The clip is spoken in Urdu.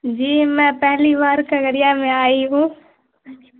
جی میں پہلی بار کھگریا میں آئی ہو